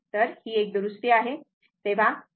तर ही एक दुरुस्ती आहे